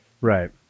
Right